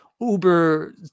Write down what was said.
Uber